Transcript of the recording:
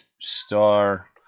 star